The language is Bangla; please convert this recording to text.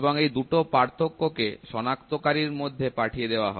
এবং এই দুটো পার্থক্যকে সনাক্তকারী র মধ্যে পাঠিয়ে দেওয়া হয়